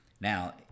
Now